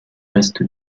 reste